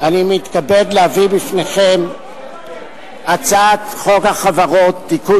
אני מתכבד להביא בפניכם הצעת חוק החברות (תיקון